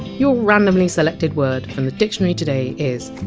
your randomly selected word from the dictionary today is!